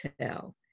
tell